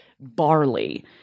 barley